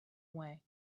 way